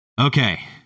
Okay